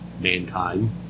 mankind